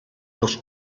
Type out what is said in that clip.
los